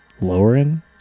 lowering